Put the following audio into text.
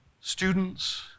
students